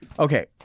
Okay